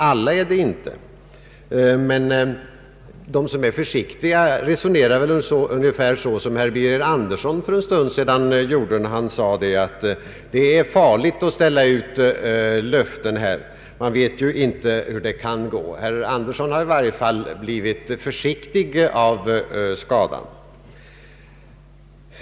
Alla är det inte, men de som är försiktiga resonerar väl ungefär så som herr Birger Andersson gjorde för en stund sedan, när han sade att det är farligt att ge löften — man vet ju inte hur det kan gå. Herr Andersson har i varje fall blivit försiktig av skadan.